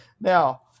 Now